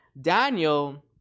Daniel